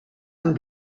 amb